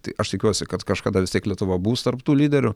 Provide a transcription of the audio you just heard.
tai aš tikiuosi kad kažkada vis tiek lietuva bus tarp tų lyderių